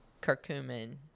Curcumin